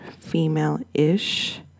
female-ish